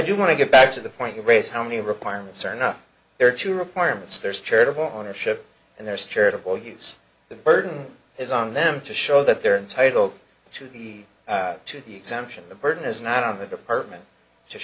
do want to get back to the point you raise how many requirements are not there to require myths there's charitable ownership and there's charitable use the burden is on them to show that they're entitled to the to the exemption the burden is not on the department